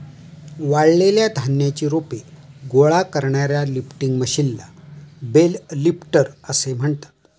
वाळलेल्या धान्याची रोपे गोळा करणाऱ्या लिफ्टिंग मशीनला बेल लिफ्टर असे म्हणतात